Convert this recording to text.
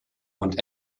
und